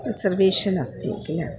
reservation अस्ति किल